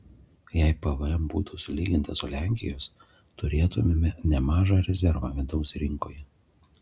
jei pvm būtų sulygintas su lenkijos turėtumėme nemažą rezervą vidaus rinkoje